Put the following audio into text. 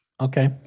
okay